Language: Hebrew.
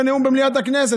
בנאום במליאת הכנסת,